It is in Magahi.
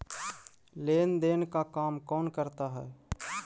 लेन देन का काम कौन करता है?